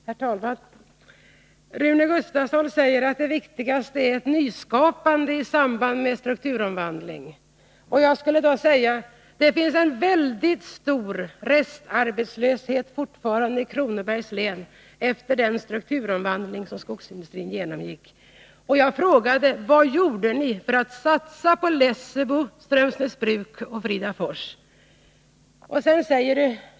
Herr talman! Rune Gustavsson säger att det viktigaste är ett nyskapande i samband med strukturomvandlingen. Jag skulle då vilja säga: Det finns fortfarande efter den strukturomvandling som skogsindustrin genomgick en mycket stor restarbetslöshet i Kronobergs län. Jag frågade: Vad gjorde ni för att satsa på Lessebo, Strömsnäsbruk och Fridafors?